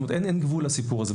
אין גבול לסיפור הזה.